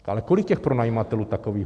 Ale kolik těch pronajímatelů takových bude?